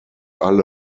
alle